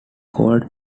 called